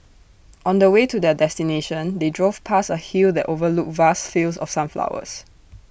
on the way to their destination they drove past A hill that overlooked vast fields of sunflowers